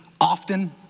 often